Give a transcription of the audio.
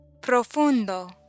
profundo